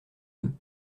deux